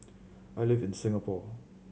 I live in Singapore